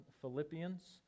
Philippians